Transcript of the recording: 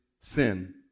sin